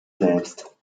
selbst